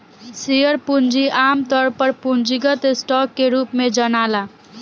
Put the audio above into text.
share पूंजी आमतौर पर पूंजीगत स्टॉक के रूप में जनाला